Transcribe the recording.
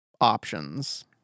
options